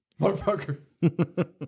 Motherfucker